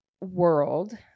world